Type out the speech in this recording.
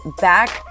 back